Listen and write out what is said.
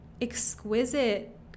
exquisite